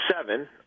seven